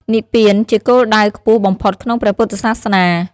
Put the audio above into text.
និព្វាន ជាគោលដៅខ្ពស់បំផុតក្នុងព្រះពុទ្ធសាសនា។